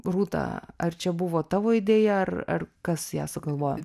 rūta ar čia buvo tavo idėja ar ar kas ją sugalvojo